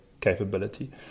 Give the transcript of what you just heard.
capability